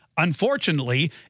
Unfortunately